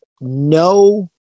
no